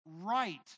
right